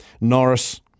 Norris